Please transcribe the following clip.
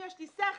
אם יש לי שכל,